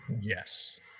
Yes